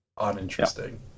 uninteresting